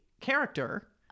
character